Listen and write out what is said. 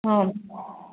ꯎꯝ